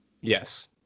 Yes